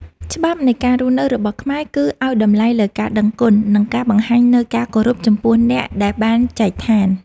ច្បាប់នៃការរស់នៅរបស់ខ្មែរ គឺឱ្យតម្លៃលើការដឹងគុណ និងការបង្ហាញនូវការគោរពចំពោះអ្នកដែលបានចែកឋាន។